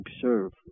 serve